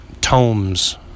tomes